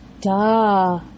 duh